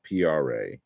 PRA